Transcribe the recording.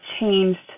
changed